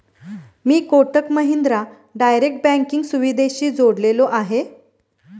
मी Kotak Mahindra direct banking सुविधेशी जोडलेलो आहे?